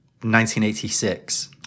1986